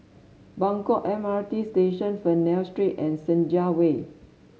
Buangkok M R T Station Fernvale Street and Senja Way